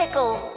Pickle